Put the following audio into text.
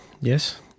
Yes